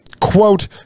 quote